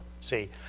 See